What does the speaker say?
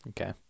Okay